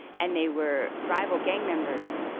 and they were rival gang members.